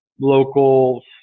local